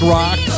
Rock